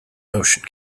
motion